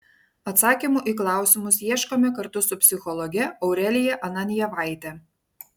atsakymų į klausimus ieškome kartu su psichologe aurelija ananjevaite